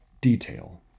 detail